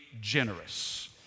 generous